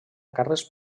carles